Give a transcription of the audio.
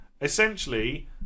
Essentially